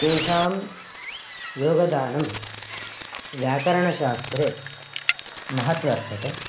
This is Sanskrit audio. तेषां योगदानं व्याकरणशास्त्रे महद्वर्तते